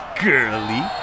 girly